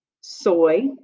soy